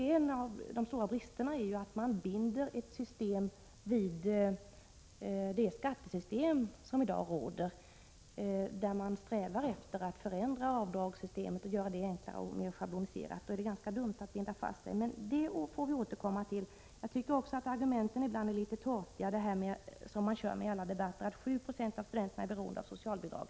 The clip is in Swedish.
En av de stora bristerna är att man binder systemet vid det skattesystem som i dag råder. När man strävar efter att förändra avdragsreglerna och använda en enklare och mer schabloniserad metod, är det ganska dumt med en sådan bindning. Men det får vi återkomma till. Jag tycker också att argumenten ibland är litet torftiga. Man kör i alla debatter med att 7 90 av studenterna är beroende av socialbidrag.